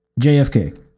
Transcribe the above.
JFK